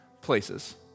places